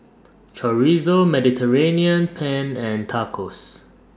Chorizo Mediterranean Penne and Tacos